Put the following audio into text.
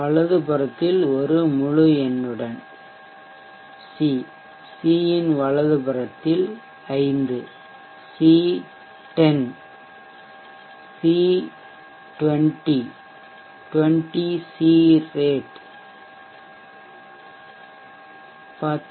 வலதுபுறத்தில் ஒரு முழுஎண்ணுடன் சி சி ன் வலதுபுறத்தில் 5 C10 C rate C20 20C rate 10C 2C